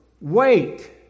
Wait